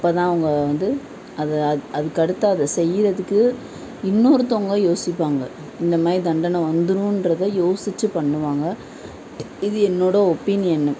அப்போதான் அவங்க வந்து அதை அ அதுக்கடுத்து அதை செய்கிறதுக்கு இன்னொருத்தவங்கள் யோசிப்பாங்கள் இந்தமாதிரி தண்டனை வந்துருன்றதை யோசித்து பண்ணுவாங்கள் இது என்னோடய ஒப்பீனியன்னு